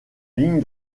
ligne